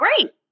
great